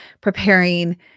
preparing